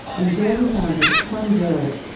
and there, he founded plum village,